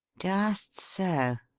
just so.